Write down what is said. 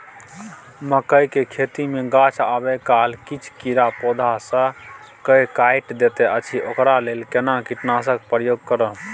मकई के खेती मे गाछ आबै काल किछ कीरा पौधा स के काइट दैत अछि ओकरा लेल केना कीटनासक प्रयोग करब?